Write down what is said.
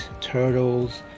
turtles